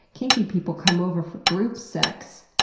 kinky people come over for group sex,